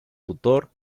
tutor